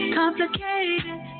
complicated